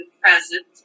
present